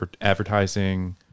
advertising